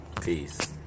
Peace